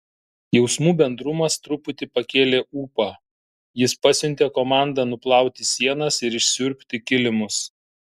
jausmų bendrumas truputį pakėlė ūpą jis pasiuntė komandą nuplauti sienas ir išsiurbti kilimus